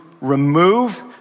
remove